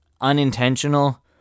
unintentional